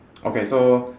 okay so